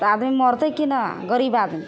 तऽ आदमी मरतै कि नहि गरीब आदमी